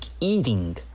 eating